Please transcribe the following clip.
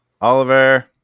Oliver